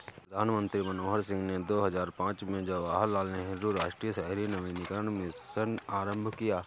प्रधानमंत्री मनमोहन सिंह ने दो हजार पांच में जवाहरलाल नेहरू राष्ट्रीय शहरी नवीकरण मिशन आरंभ किया